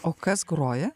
o kas groja